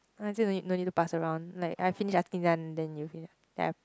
I think don't need don't need to pass around like I finish asking then you